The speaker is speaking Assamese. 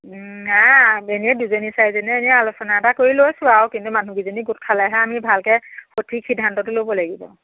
নাই এনেই দুজনী চাৰিজনীয়ে এনেই আলোচনা এটা কৰি লৈছোঁ আৰু কিন্তু মানুহকেইজনী গোট খালেহে আমি ভালকৈ সঠিক সিদ্ধান্তটো ল'ব লাগিব